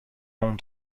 mont